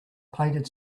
painted